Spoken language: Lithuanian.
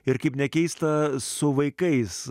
ir kaip nekeista su vaikais